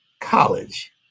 College